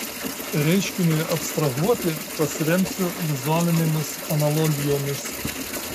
reiškiniui abstrahuoti pasiremsiu vizualinėmis analogijomis